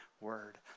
word